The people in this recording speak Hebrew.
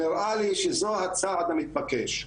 נראה לי שזה הצעד המתבקש.